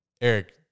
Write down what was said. Eric